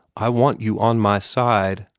i want you on my side,